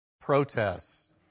protests